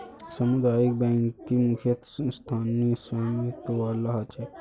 सामुदायिक बैंकिंग मुख्यतः स्थानीय स्वामित्य वाला ह छेक